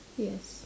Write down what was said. yes